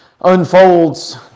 unfolds